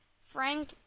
Frank